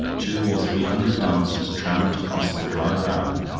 two or three hundred dancers trampled across the dry ground,